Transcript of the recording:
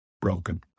broken